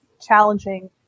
challenging